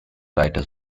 writers